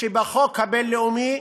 שבחוק הבין-לאומי,